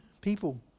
people